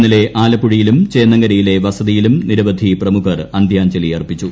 ഇന്നലെ ആലപ്പുഴയിലും ചേന്നങ്കരിയിലെ വസതിയിലും നിരവധി പ്രമുഖർ അന്ത്യാഞ്ജലി അർപ്പിച്ചു